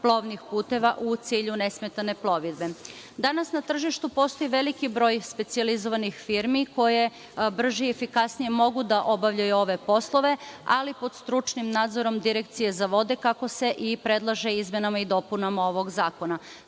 plovnih puteva u cilju nesmetane plovidbe. Danas na tržištu postoji veliki broj specijalizovanih firmi koje brže i efikasnije mogu da obavljaju ove poslove, ali pod stručnim nadzorom Direkcije za vode, kako se i predlaže izmenama i dopunama ovog zakona.S